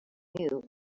new